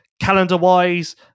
calendar-wise